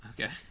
Okay